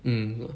mm